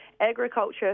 agriculture